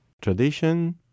tradition